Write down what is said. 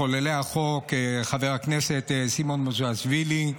מחוללי החוק: חבר הכנסת סימון מושיאשוילי,